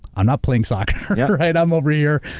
i'm not playing soccer, right. i'm over here.